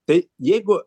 tai jeigu